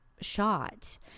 shot